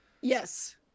Yes